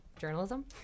journalism